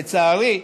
לצערי,